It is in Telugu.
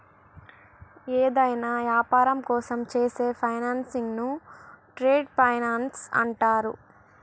యేదైనా యాపారం కోసం చేసే ఫైనాన్సింగ్ను ట్రేడ్ ఫైనాన్స్ అంటరు